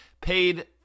paid